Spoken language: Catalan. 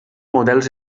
models